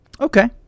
okay